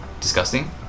disgusting